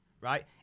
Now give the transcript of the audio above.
right